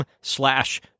slash